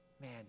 man